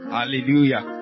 Hallelujah